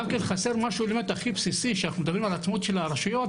חסר משהו הכי בסיסי כשאנחנו מדברים על הרשויות,